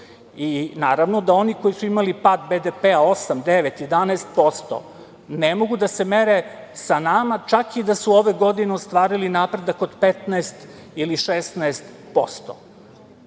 i naravno da oni koji su imali pad BDP-a 8%, 9%, 11% ne mogu da se mere sa nama čak da su i ove godine ostvarili napredak od 15% ili 16%,